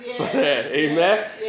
Amen